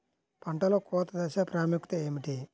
పంటలో కోత దశ ప్రాముఖ్యత ఏమిటి?